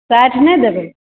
साठि नहि देबै